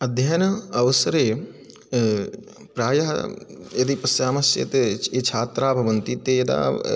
अध्यन अवसरे प्रायः यदि पश्यामश्चेत् च् ये छात्राः भवन्ति ते यदा